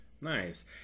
Nice